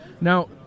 Now